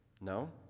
No